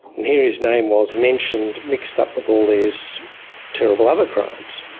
here his name was mentioned, mixed up with all these terrible other crimes.